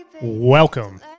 Welcome